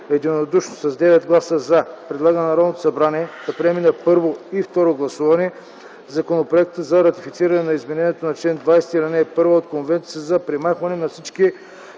единодушно с 9 гласа „за” предлага на Народното събрание да приеме на първо и второ гласуване Законопроекта за ратифициране на Изменението на чл. 20, ал. 1 от Конвенцията за премахване на всички